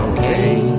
Okay